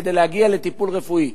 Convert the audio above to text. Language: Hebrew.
כדי להגיע לטיפול רפואי,